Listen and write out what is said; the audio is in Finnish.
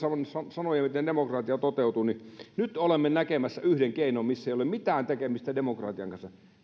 sanoja miten demokratia toteutuu ja nyt olemme näkemässä yhden keinon millä ei ole mitään tekemistä demokratian kanssa